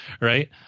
right